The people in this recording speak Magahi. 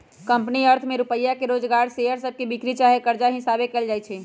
कंपनी अर्थ में रुपइया के जोगार शेयर सभके बिक्री चाहे कर्जा हिशाबे कएल जाइ छइ